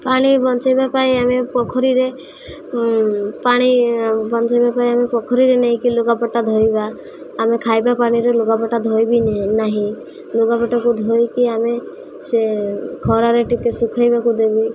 ପାଣି ବଞ୍ଚାଇବା ପାଇଁ ଆମେ ପୋଖରୀରେ ପାଣି ବଞ୍ଚାଇବା ପାଇଁ ଆମେ ପୋଖରୀରେ ନେଇକି ଲୁଗାପଟା ଧୋଇବା ଆମେ ଖାଇବା ପାଣିରେ ଲୁଗାପଟା ଧୋଇବି ନାହିଁ ଲୁଗାପଟାକୁ ଧୋଇକି ଆମେ ସେ ଖରାରେ ଟିକେ ଶୁଖାଇବାକୁ ଦେବି